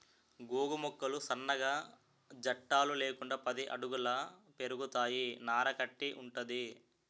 గోగు మొక్కలు సన్నగా జట్టలు లేకుండా పది అడుగుల పెరుగుతాయి నార కట్టి వుంటది